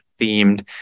themed